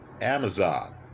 Amazon